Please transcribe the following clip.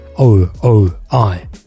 O-O-I